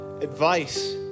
advice